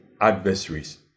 adversaries